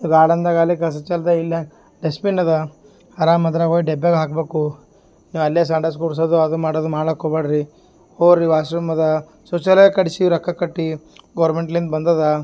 ಇದು ಆಡೋದ್ನಾಗೆ ಅಲ್ಲಿ ಕಸ ಚೆಲ್ತಾ ಇಲ್ಲ ಡಸ್ಟ್ಬಿನ್ ಅದ ಅರಾಮ್ ಅದ್ರಾಗೆ ಹೋಯ್ ಡಬ್ಯಾಗ್ ಹಾಕಬೇಕು ಎ ಅಲ್ಲೇ ಸಂಡಾಸ್ ಗುಡಿಸೋದು ಅದು ಮಾಡೋದು ಮಾಲ್ಡಾಕೆ ಹೋಗಬ್ಯಾಡ್ರಿ ಹೋರಿ ವಾಶ್ರೂಮ್ ಅದ ಶೌಚಾಲಯ ಕಡ್ಸಿವಿ ರೊಕ್ಕ ಕಟ್ಟಿ ಗೌರ್ಮೆಂಟ್ಲಿಂದ ಬಂದದ